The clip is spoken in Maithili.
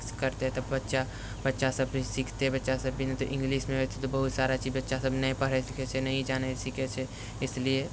करतै तऽ बच्चा बच्चा सब सीखतै बच्चा सब इंगलिशमे बहुत सारा चीज बच्चा सब नहि पढै छै ने जानै छै इसलिए